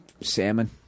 salmon